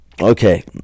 Okay